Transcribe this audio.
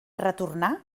retornar